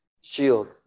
shield